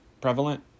prevalent